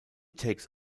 takes